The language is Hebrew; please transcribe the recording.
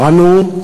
אנו,